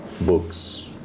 books